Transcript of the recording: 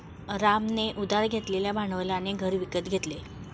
रामने उधार घेतलेल्या भांडवलाने घर विकत घेतले